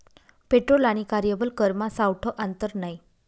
petrol आणि कार्यबल करमा सावठं आंतर नै